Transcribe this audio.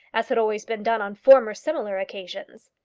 as had always been done on former similar occasions.